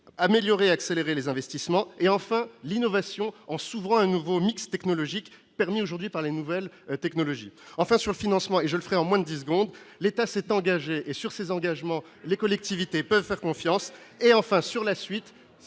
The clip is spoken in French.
améliorer accélérer les investissements et enfin l'innovation en s'ouvrant un nouveau mix technologique permis aujourd'hui par les nouvelles technologies enfin, sur le financement, et je le ferai au moins 10 secondes l'État s'est engagé et sur ses engagements, les collectivités peuvent faire confiance et enfin sur la suite,